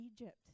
Egypt